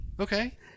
okay